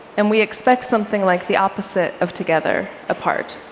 and we expect something like the opposite of together, apart.